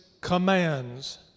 commands